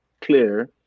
clear